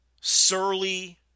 surly